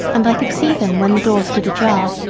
and i could see them, when the door stood ajar,